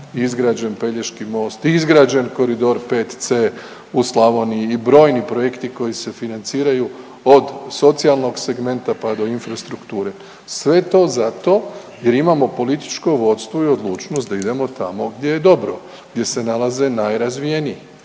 izgrađen Pelješki most, izrađen koridor 5C u Slavoniji i brojni projekti koji se financiraju od socijalnog segmenta pa do infrastrukture. Sve to zato jer imamo političko vodstvo i odlučnost da idemo tamo gdje je dobro, gdje se nalaze najrazvijeniji,